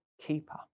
keeper